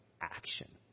action